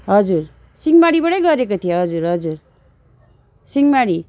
हजुर सिंहमारीबाटै गरेको थिएँ हजुर हजुर सिंहमारी